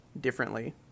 differently